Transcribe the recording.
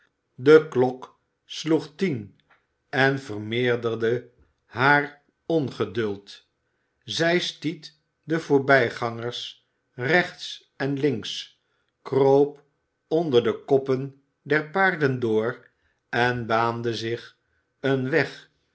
de klok sloeg tien en vermeerderde haar ongeduld zij stiet de voorbijgangers rechts en links kroop onder de koppen der paarden door en baande zich een weg